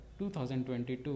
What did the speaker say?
2022